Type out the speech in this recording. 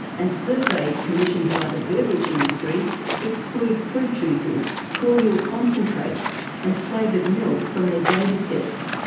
and surveys commissioned by the beverage industry exclude fruit juices, cordial concentrates and flavoured milk from their datasets.